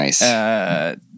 Nice